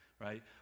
right